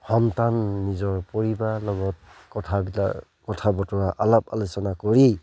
সন্তান নিজৰ পৰিবাৰৰ লগত কথাবিলাক কথা বতৰা আলাপ আলোচনা কৰি